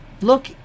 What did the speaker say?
Look